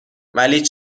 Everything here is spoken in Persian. ولی